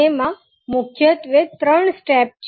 તેમાં મુખ્યત્વે ત્રણ સ્ટેપ છે